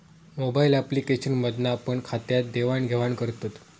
mobile application मधना पण खात्यात देवाण घेवान करतत